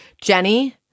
Jenny